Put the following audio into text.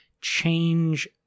change